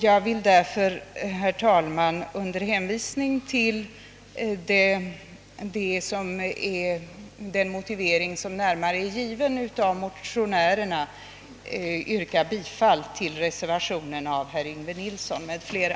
Jag vill därför, herr talman, med hänvisning till den närmare motivering som finns i motionerna yrka bifall till reservationen av herr Yngve Nilsson m.fl.